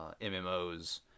MMOs